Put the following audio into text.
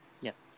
Yes